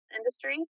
industry